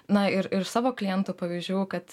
na ir ir savo klientų pavyzdžių kad